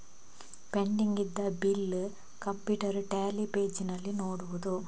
Pending ಇದ್ದ bill ಹೇಗೆ ನೋಡುವುದು?